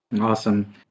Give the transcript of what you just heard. Awesome